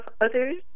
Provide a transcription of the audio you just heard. others